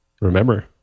remember